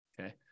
okay